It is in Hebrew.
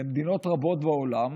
למדינות רבות בעולם,